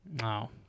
No